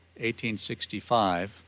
1865